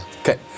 Okay